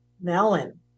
melon